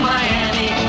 Miami